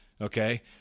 Okay